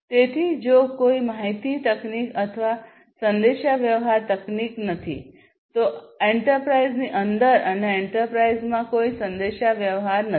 તેથી જો કોઈ માહિતી તકનીક અથવા સંદેશાવ્યવહાર તકનીક નથી તો એન્ટરપ્રાઇઝની અંદર અને એન્ટરપ્રાઇઝમાં કોઈ સંદેશાવ્યવહાર નથી